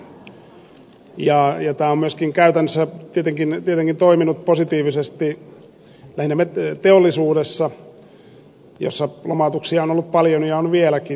siis tämä on myöskin käytännössä tietenkin toiminut positiivisesti lähinnä teollisuudessa jossa lomautuksia on ollut paljon ja on vieläkin